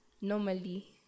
normally